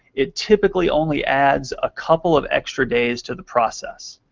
it typically only adds a couple of extra days to the process.